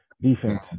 Defense